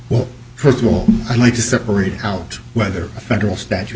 well first of all i need to separate out whether a federal statute